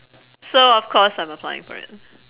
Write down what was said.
so of course I'm applying for it